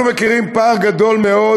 אנחנו מכירים פער גדול מאוד